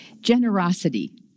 Generosity